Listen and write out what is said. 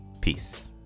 peace